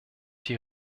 die